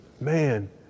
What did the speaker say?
Man